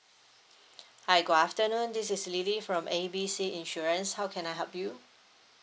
hi good afternoon this is lily from A B C insurance how can I help you